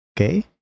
Okay